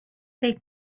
they